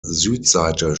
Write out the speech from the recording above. südseite